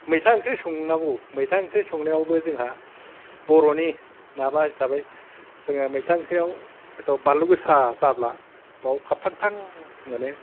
मैथा ओंख्रि संंनांगौ मैथा ओंख्रि संनायावबो जोंहा बर'नि माबा हिसाबै जोंयो मैथा ओंख्रि आव बानलु गोसा जाब्ला बाव फाथां थां मोनो